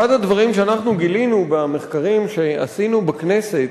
אחד הדברים שאנחנו גילינו במחקרים שעשינו בכנסת